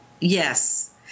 Yes